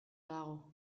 dago